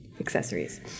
accessories